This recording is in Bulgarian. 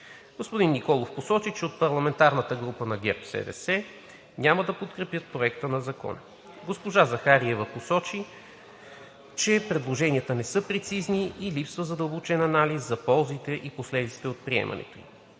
Господин Николов посочи, че от парламентарната група на ГЕРБ-СДС няма да подкрепят Проекта на закон. Госпожа Захариева добави, че предложенията не са прецизни и липсва задълбочен анализ за ползите и последиците от приемането